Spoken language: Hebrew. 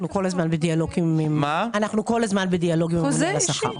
אנחנו כל הזמן בדיאלוג עם הממונה על השכר.